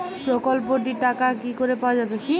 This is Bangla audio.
প্রকল্পটি র টাকা কি করে পাওয়া যাবে?